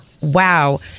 Wow